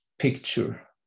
picture